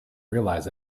realize